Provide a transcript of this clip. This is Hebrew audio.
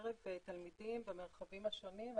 בקרב תלמידים במרחבים השונים.